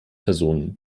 personen